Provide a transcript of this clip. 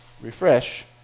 refresh